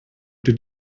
did